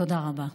תודה רבה.